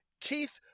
Keith